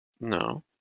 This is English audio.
No